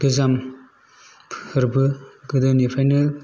गोजाम फोरबो गोदोनिफ्रायनो